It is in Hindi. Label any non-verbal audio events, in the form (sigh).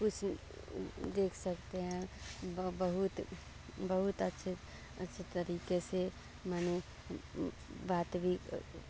कुछ देख सकते हैं ब बहुत बहुत अच्छे अच्छे तरीके से माने (unintelligible) बात भी